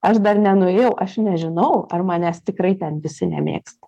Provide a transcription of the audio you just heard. aš dar nenuėjau aš nežinau ar manęs tikrai ten visi nemėgsta